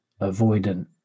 avoidant